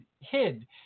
hid